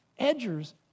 Edgers